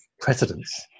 precedence